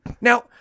Now